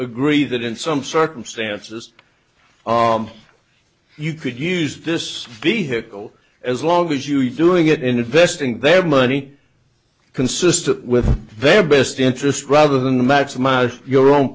agree that in some circumstances you could use this vehicle as long as you are doing it investing their money consistent with their best interests rather than maximize your own